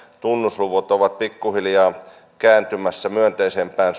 tunnusluvut ovat pikkuhiljaa kääntymässä myönteisempään